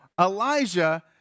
Elijah